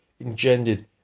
engendered